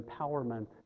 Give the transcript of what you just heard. empowerment